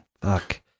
Fuck